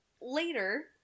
later